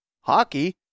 hockey